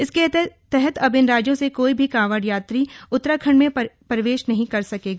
इसके तहत अब इन राज्यों से कोई भी कावड़ यात्री उत्तराखंड में प्रवेश नहीं कर सकेगा